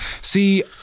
See